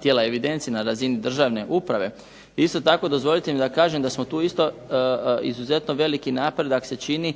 tijela evidencije na razini državne uprave, isto tako dozvolite mi da kažem da tu isto izuzetno veliki napredak se čini